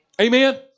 Amen